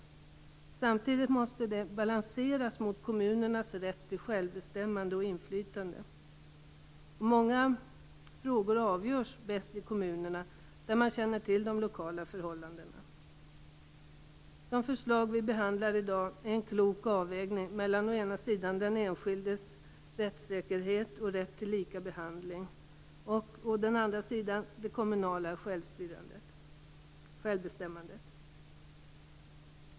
Samtidigt måste detta balanseras mot kommunernas rätt till självbestämmande och inflytande. Många frågor avgörs bäst i kommunerna, där man känner till de lokala förhållandena. De förslag som vi behandlar i dag är en klok avvägning mellan å ena sidan den enskildes rättssäkerhet och rätt till lika behandling och å andra sidan det kommunala självbestämmandet.